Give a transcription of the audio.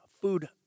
Food